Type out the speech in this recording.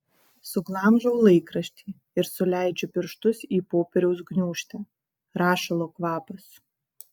suglamžau laikraštį ir suleidžiu pirštus į popieriaus gniūžtę rašalo kvapas